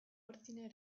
ordine